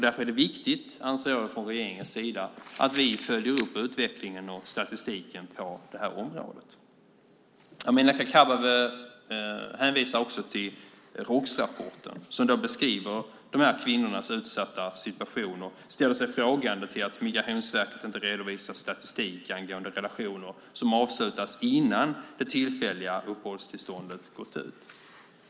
Därför anser regeringen att det är viktigt att vi följer upp utvecklingen och statistiken på det här området. Amineh Kakabaveh hänvisar också till Roksrapporten som beskriver de här kvinnornas utsatta situation och ställer sig frågande till att Migrationsverket inte redovisar statistik angående relationer som avslutas innan det tillfälliga uppehållstillståndet gått ut.